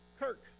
Kirk